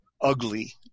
ugly